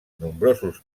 nombrosos